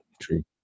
true